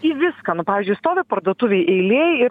į viską nu pavyzdžiui stovi parduotuvėj eilėj ir